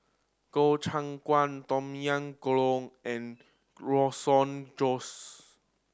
Gobchang Gui Tom Yam Goong and Josh